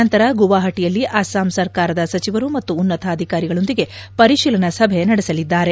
ನಂತರ ಗುವಾಹಟಿಯಲ್ಲಿ ಅಸ್ಟಾಂ ಸರ್ಕಾರದ ಸಚಿವರು ಮತ್ತು ಉನ್ನತಾಧಿಕಾರಿಗಳೊಂದಿಗೆ ಪರಿಶೀಲನಾ ಸಭೆ ನಡೆಸಲಿದ್ದಾರೆ